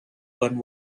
one